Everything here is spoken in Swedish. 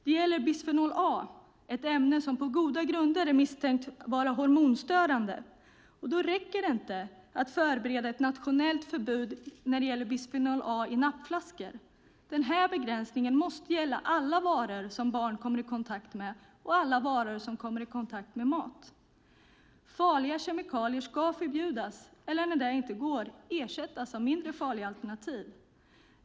Det handlar också om bisfenol A, ett ämne som på goda grunder misstänks vara hormonstörande. Det räcker inte att förbereda ett nationellt förbud när det gäller bisfenol A i nappflaskor, utan denna begränsning måste gälla alla varor barn kommer i kontakt med samt alla varor som kommer i kontakt med mat. Farliga kemikalier ska förbjudas eller, när det inte går, ersättas av mindre farliga alternativ.